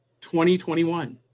2021